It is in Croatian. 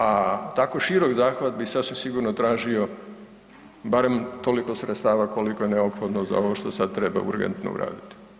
A tako širok zahvat bi sasvim sigurno tražio barem toliko sredstava koliko je neophodno za ovo što sad treba urgentno uraditi.